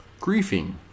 griefing